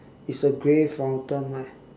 it's a grey fountain right